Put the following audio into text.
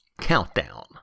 Countdown